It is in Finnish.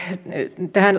tähän